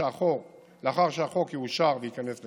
לאחר שהחוק יאושר וייכנס לתוקף,